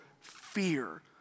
fear